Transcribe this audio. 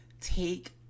take